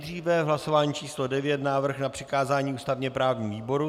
Nejdříve v hlasování číslo 9 návrh na přikázání ústavněprávnímu výboru.